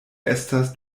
estas